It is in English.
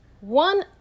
one